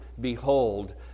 Behold